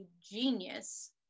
genius